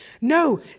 No